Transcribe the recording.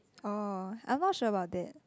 oh I not sure about that